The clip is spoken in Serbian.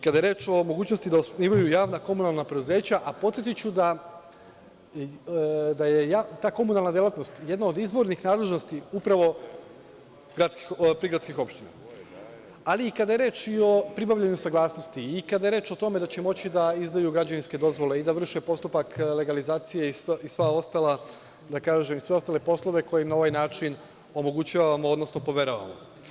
Kada je reč o mogućnosti da osnivaju javna komunalna preduzeća, a podsetiću da je ta komunalna delatnost jedna od izvornih nadležnosti upravo prigradskih opština, ali i kada je reč i o pribavljanju saglasnosti, kada je reč o tome da će moći da izdaju građevinske dozvole, da vrše postupak legalizacije i sve ostale poslove koje im na ovaj način omogućavamo, odnosno poveravamo.